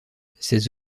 ces